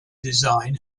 design